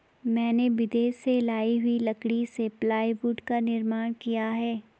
मैंने विदेश से लाई हुई लकड़ी से प्लाईवुड का निर्माण किया है